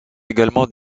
également